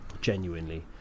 Genuinely